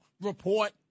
report